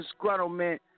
disgruntlement